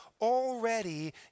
already